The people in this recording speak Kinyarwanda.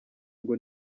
ngo